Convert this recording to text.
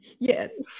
Yes